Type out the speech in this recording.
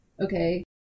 okay